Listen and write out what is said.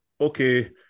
okay